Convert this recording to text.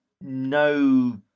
no